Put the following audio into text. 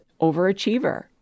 overachiever